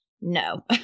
No